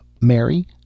Mary